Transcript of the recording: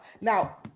Now